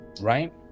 Right